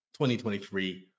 2023